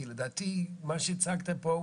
כי לדעתי מה שהצגת פה,